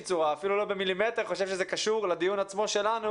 צורה אני חושב שזה קשור לדיון שלנו,